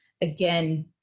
again